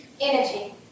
Energy